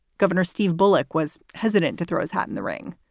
governor steve bullock was hesitant to throw his hat in the ring.